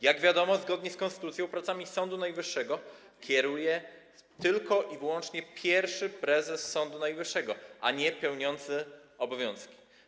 Jak wiadomo, zgodnie z konstytucją pracami Sądu Najwyższego kieruje tylko i wyłącznie pierwszy prezes Sądu Najwyższego, a nie pełniący obowiązki.